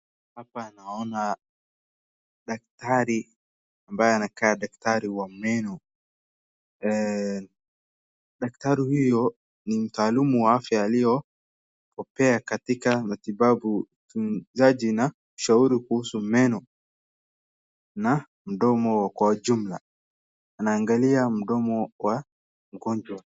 Hapo naona daktari wa meno, daktari huyo ni mtaalamu wa afya aliye bobea katika matibabu, pia anaokekana kuwa muuzaji na mshauri wa magonjwa ya meno.